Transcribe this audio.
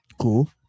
Cool